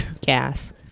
Gas